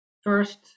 First